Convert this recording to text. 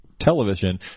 television